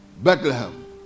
Bethlehem